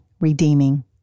redeeming